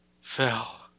fell